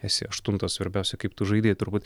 esi aštuntas svarbiausia kaip tu žaidei turbūt